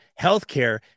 healthcare